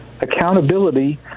Accountability